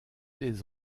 des